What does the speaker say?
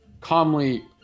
calmly